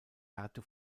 härte